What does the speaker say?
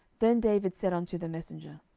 then david said unto the messenger,